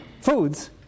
foods